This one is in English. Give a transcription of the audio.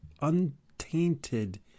untainted